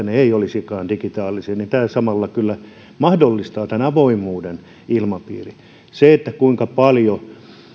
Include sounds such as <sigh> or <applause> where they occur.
<unintelligible> ne eivät olisikaan digitaalisia niin että tämä samalla kyllä mahdollistaa tämän avoimuuden ilmapiirin se kuinka paljon